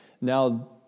now